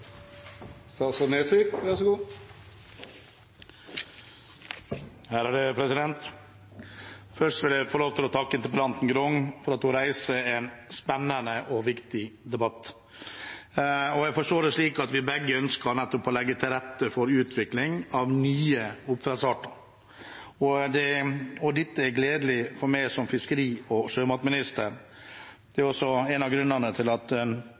vil få takke interpellanten, Grung, for at hun reiser en spennende og viktig debatt. Jeg forstår det slik at vi begge ønsker å legge til rette for utvikling av nye oppdrettsarter. Dette er gledelig for meg som fiskeri- og sjømatminister. Det er en av grunnene til at